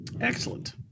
excellent